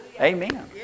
Amen